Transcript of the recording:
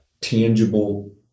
tangible